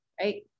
right